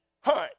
hunt